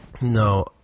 no